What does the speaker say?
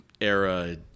era